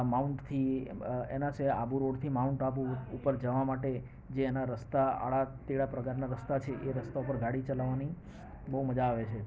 માઉન્ટથી એના સિવાય આબુ રોડથી માઉન્ટ આબુ ઉપર જવા માટે જે એના રસ્તા આડા ટેઢા પ્રકારના રસ્તા છે એ રસ્તા પર ગાડી ચલાવવાની બહુ મજા આવે છે